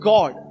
God